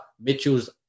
Mitchell's